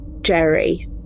Jerry